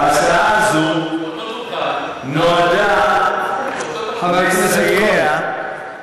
אותו דוכן, אותו, חבר הכנסת כהן.